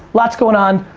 lots going on.